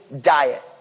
diet